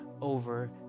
over